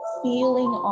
feeling